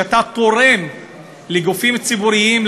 כשאתה תורם לגופים ציבוריים,